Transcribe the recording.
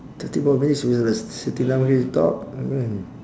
thirty more minutes we like sitting down here to talk when